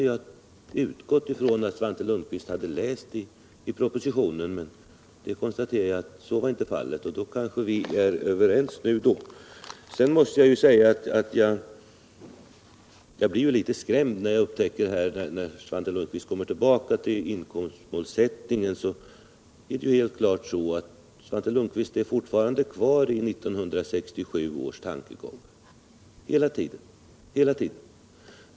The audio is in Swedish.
Jag utgick ifrån att Svante Lundkvist hade läst propositionen, men jag konstaterar att så inte var fallet. Men nu kanske vi är överens. Sedan måste jag säga att jag blir litet skrämd när det står klart att Svante Lundkvist i fråga om inkomstmålsättningen fortfarande hela tiden är kvar i 1967 års tankegång.